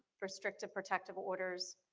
restrictive protective orders.